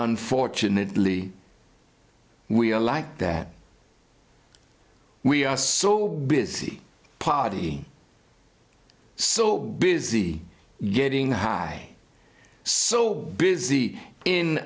unfortunately we are like that we are so busy partying so busy getting high so busy in